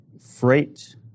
freight